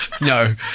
No